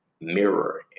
mirror